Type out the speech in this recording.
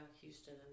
Houston